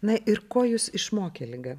na ir ko jus išmokė liga